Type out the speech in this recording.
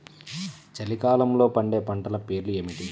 చలికాలంలో పండే పంటల పేర్లు ఏమిటీ?